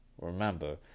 Remember